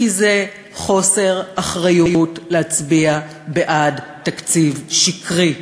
כי זה חוסר אחריות להצביע בעד תקציב שקרי,